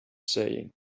saying